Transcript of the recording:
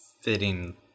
fitting